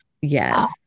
Yes